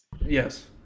Yes